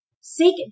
Seek